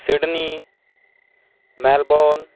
Sydney Melbourne